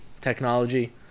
technology